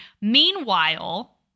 Meanwhile